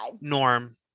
norm